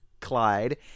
Clyde